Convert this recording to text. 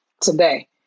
today